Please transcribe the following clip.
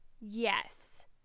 Yes